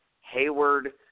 Hayward